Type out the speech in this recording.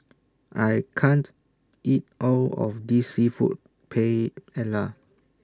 I can't eat All of This Seafood Paella